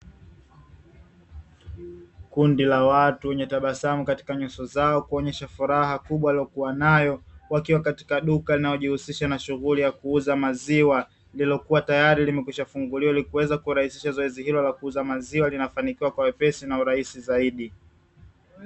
Kundi la watu wenye tabasamu katika nyuso zao kuonyesha furaha kubwa waliyokuwa nayo, wakiwa katika duka linalojihusisha na shughuli ya kuuza maziwa, lilokuwa tayari limekwishafunguliwa ili kuweza kurahisisha zoezi hilo la kuuza maziwa linafanikiwa kwa wepesi na urahisi zaidi.